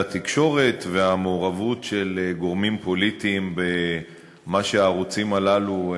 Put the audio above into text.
התקשורת והמעורבות של גורמים פוליטיים במה שהערוצים הללו,